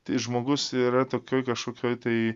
tai žmogus yra tokioj kažkokioj tai